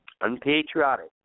unpatriotic